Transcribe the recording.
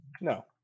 no